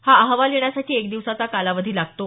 हा अहवाल येण्यासाठी एक दिवसाचा कालावधी लागतो